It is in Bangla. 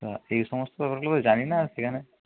হ্যাঁ এই সমস্ত ব্যাপারগুলো তো জানি না আর সেখানে